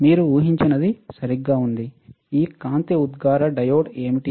మీరు ఊహించినది సరిగ్గా ఉంది ఈ కాంతి ఉద్గార డయోడ్ ఏమిటి